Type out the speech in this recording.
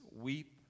weep